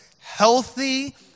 Healthy